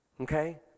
okay